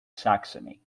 saxony